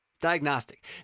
Diagnostic